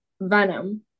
venom